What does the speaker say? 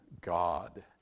God